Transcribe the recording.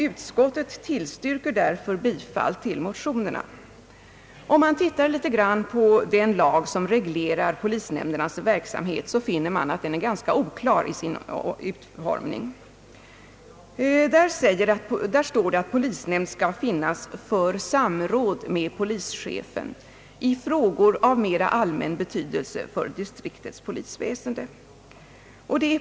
Utskottet tillstyrker därför bifall till de likalydande motionerna I:445 och II: 549.» Den lag som reglerar polisnämndernas verksamhet är ganska oklar i sin utformning. Där står att polisnämnd skall finnas för samråd med polischefen i frågor av mera allmän betydelse för distriktets polisväsende.